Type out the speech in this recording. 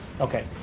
Okay